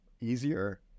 easier